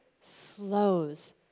slows